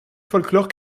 folklore